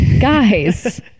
Guys